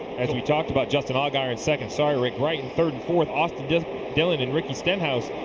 as we talked about justin allgaier in second, sorry, rick, right in third and fourth, austin dillon and ricky stenhouse.